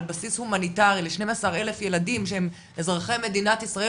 על בסיס הומניטרי ל-12 אלף ילדים שהם אזרחי מדינת ישראל